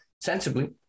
sensibly